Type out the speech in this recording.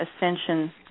Ascension